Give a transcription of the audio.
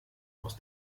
aus